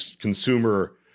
consumer